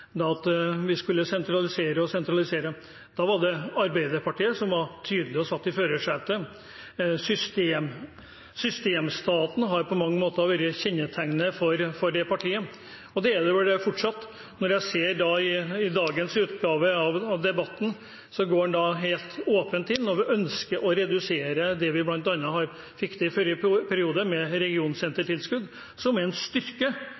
at vi skulle sentralisere og sentralisere. Da var det Arbeiderpartiet som var tydelige og satt i førersetet. Systemstaten har på mange måter vært kjennetegnet på det partiet, og er det vel fortsatt. Når jeg ser dagens utgave av debatten, går man helt åpent inn og ønsker å redusere det vi bl.a. fikk til i forrige periode, med regionsentertilskudd, som er en styrke